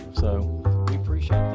so we appreciate